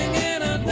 and